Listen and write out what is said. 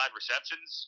receptions